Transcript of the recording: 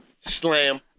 slam